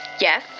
yes